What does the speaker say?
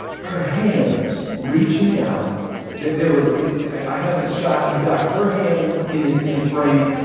her hands, reaching out there there were i have this shot. you've got her hand in the in the frame,